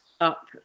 up